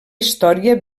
història